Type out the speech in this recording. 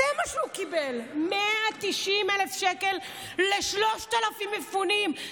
זה מה שהוא קיבל, 190,000 שקל ל-3,000 מפונים.